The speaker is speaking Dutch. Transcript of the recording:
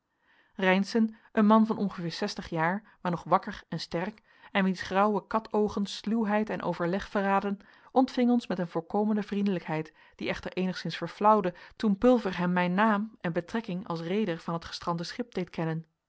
reynszen een man van ongeveer zestig jaar maar nog wakker en sterk en wiens grauwe kat oogen sluwheid en overleg verraadden ontving ons met een voorkomende vriendelijkheid die echter eenigszins verflauwde toen pulver hem mijn naam en betrekking als reeder van het gestrande schip deed kennen